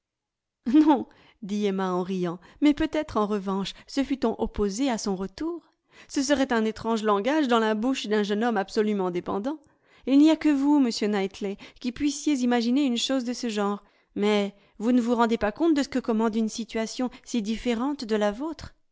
en riant mais peut-être en revanche se fût-on opposé à son retour ce serait un étrange langage dans la bouche d'un jeune homme absolument dépendant il n'y a que vous monsieur knightley qui puissiez imaginer une chose de ce genre mais vous ne vous rendez pas compte de ce que commande une situation si différente de la vôtre